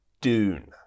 Dune